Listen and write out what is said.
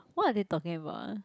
what are they talking about ah